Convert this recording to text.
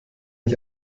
ich